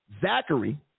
Zachary